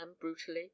brutally